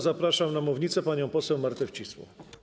Zapraszam na mównicę panią poseł Martę Wcisło.